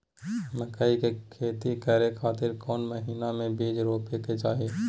मकई के खेती करें खातिर कौन महीना में बीज रोपे के चाही?